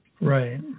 Right